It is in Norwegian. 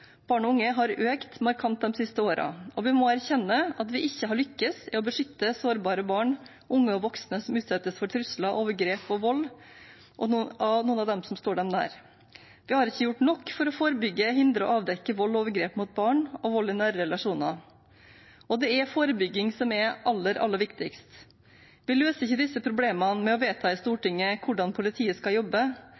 økt markant de siste årene, og vi må erkjenne at vi ikke har lyktes i å beskytte sårbare barn, unge og voksne som utsettes for trusler, overgrep og vold av noen av dem som står dem nær. Vi har ikke gjort nok for å forebygge, hindre og avdekke vold og overgrep mot barn, og vold i nære relasjoner. Det er forebygging som er aller, aller viktigst. Vi løser ikke disse problemene med å vedta i